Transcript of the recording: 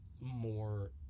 more